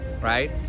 Right